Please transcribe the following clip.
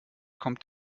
kommt